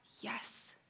yes